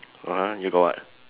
(uh huh) you got what